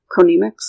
chronemics